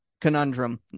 conundrum